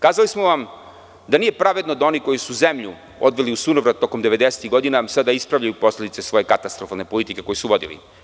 Kazali smo vam da nije pravedno da oni koji su zemlju odveli u sunovrat tokom 90-ih godina sada ispravljaju posledice svoje katastrofalne politike koju su vodili.